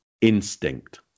instinct